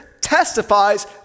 testifies